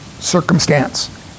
circumstance